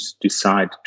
decide